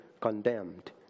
condemned